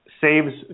saves